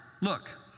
look